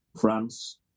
France